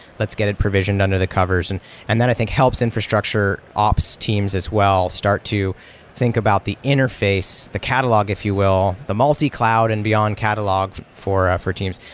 let's get it provision under the covers, and and that i think helps infrastructure ops teams as well start to think about the interface, the catalog if you will, the multi-cloud and beyond catalog for ah for teams.